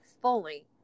fully